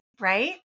right